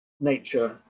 nature